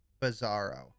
bizarro